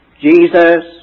Jesus